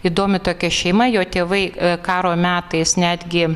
įdomi tokia šeima jo tėvai karo metais netgi